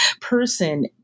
person